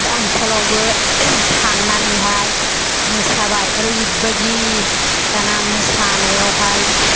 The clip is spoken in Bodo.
रामफलावबो थांनानैहाय मोसाबाय ओरैबादि दाना मोसानायावहाय